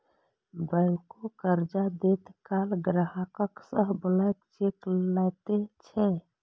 बैंको कर्ज दैत काल ग्राहक सं ब्लैंक चेक लैत छै